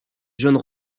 jeunes